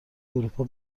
اروپا